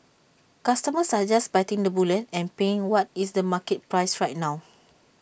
customers are just biting the bullet and paying what is the market price right now